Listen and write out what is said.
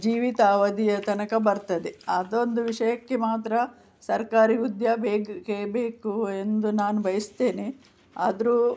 ಜೀವಿತಾವಧಿಯ ತನಕ ಬರ್ತದೆ ಅದೊಂದು ವಿಷಯಕ್ಕೆ ಮಾತ್ರ ಸರ್ಕಾರಿ ಉದ್ಯ ಬೇಕೇ ಬೇಕು ಎಂದು ನಾನು ಬಯಸ್ತೇನೆ ಆದರೂ